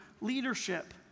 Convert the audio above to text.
leadership